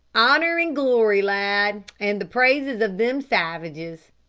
honour and glory, lad, and the praises of them savages.